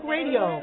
Radio